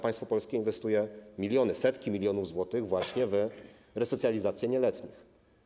Państwo polskie inwestuje miliony, setki milionów złotych właśnie w resocjalizację nieletnich.